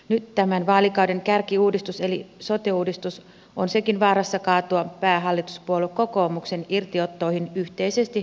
nyt tämän vaalikauden kärkiuudistus eli sote uudistus on sekin vaarassa kaatua päähallituspuolue kokoomuksen irtiottoihin yhteisesti sovituista raameista